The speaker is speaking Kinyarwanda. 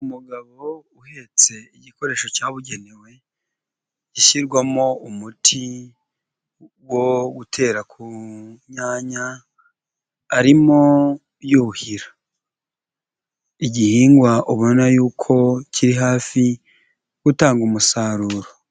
Umugabo uhetse igikoresho cyabugenewe gishyirwamo umuti wo gutera ku nyanya arimo yuhira, igihingwa ubona yuko kiri hafi gutanga umusaruro.